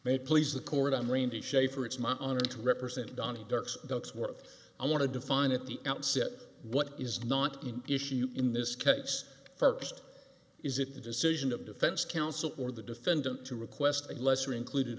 made please the court i'm randy schaffer it's my honor to represent donnie dirk's ducks worth i want to define at the outset what is not an issue in this case first is it the decision of defense counsel or the defendant to request a lesser included